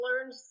learned